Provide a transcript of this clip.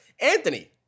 Anthony